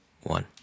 one